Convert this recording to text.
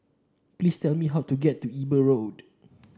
please tell me how to get to Eber Road